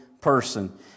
person